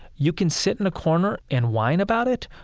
you can sit in a corner and whine about it,